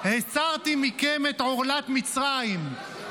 הסרתי מכם את עורלת מצרים,